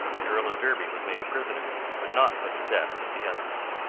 the earl of derby was made a prisoner, but not put to death with the others.